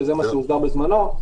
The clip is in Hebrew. שזה מה שהוסדר בזמנו,